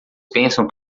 pensam